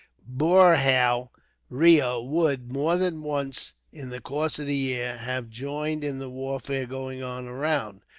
boorhau reo would, more than once in the course of the year, have joined in the warfare going on around.